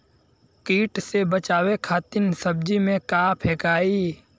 कीट से बचावे खातिन सब्जी में का फेकाई?